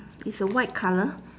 it's a white colour